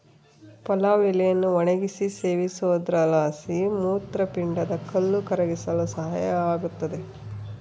ಪಲಾವ್ ಎಲೆಯನ್ನು ಒಣಗಿಸಿ ಸೇವಿಸೋದ್ರಲಾಸಿ ಮೂತ್ರಪಿಂಡದ ಕಲ್ಲು ಕರಗಿಸಲು ಸಹಾಯ ಆಗುತ್ತದೆ